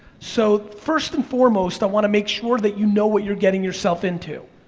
so, first and foremost, i wanna make sure that you know what you're getting yourself into,